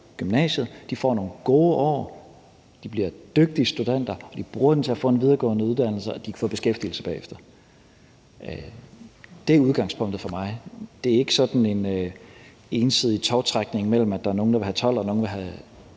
gymnasiet, får nogle gode år, at de bliver dygtige studenter, at de bruger det til at få en videregående uddannelse, og at de får beskæftigelse bagefter. Det er udgangspunktet for mig. Det er ikke sådan en ensidig tovtrækning mellem, at der er nogle, der vil have 12, og nogle, der vil have